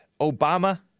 Obama